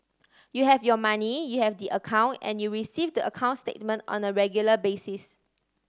you have your money you have the account and you receive the account statement on a regular basis